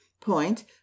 point